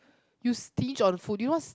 you stinge on the food do you was